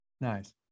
Nice